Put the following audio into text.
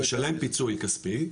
הוא משלם פיצוי כספי,